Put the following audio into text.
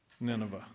Nineveh